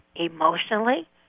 emotionally